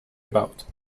about